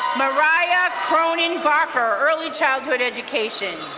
mariah cronin barker, early childhood education.